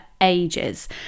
ages